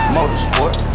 Motorsport